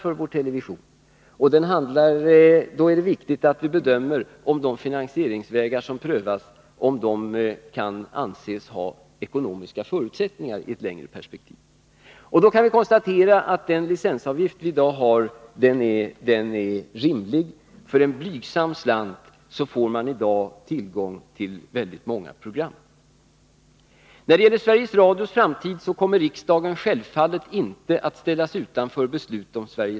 Då är det också viktigt att vi bedömer om de finansieringsvägar som prövas kan anses ha ekonomiska förutsättningar i ett längre perspektiv. Vi kan då konstatera att dagens licensavgift är rimlig. För en blygsam slant får man i dag tillgång till synnerligen många program. När det gäller beslut om Sveriges Radios framtid kommer riksdagen självfallet inte att ställas utanför.